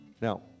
Now